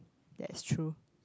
that's true